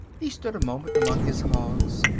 he stood a moment among his hogs,